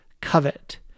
Covet